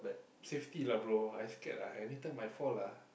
safety lah bro I scared ah anytime I fall ah